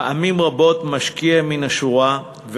פעמים רבות משקיע מן השורה,